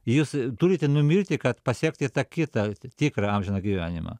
jūs turite numirti kad pasiekti tą kitą tikrą amžiną gyvenimą